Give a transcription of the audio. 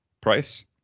price